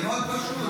זה מאוד פשוט.